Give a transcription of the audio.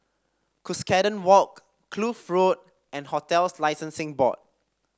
Cuscaden Walk Kloof Road and Hotels Licensing Board